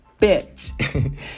bitch